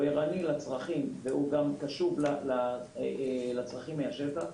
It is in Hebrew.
הוא ערני לצרכים והוא גם קשוב לצרכים מהשטח.